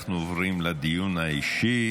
אנחנו עוברים לדיון האישי.